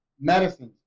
medicines